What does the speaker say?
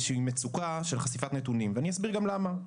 שהיא מצוקה של חשיפת נתונים ואני אסביר גם למה.